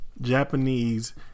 Japanese